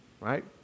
right